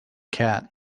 cat